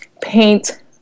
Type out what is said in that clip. paint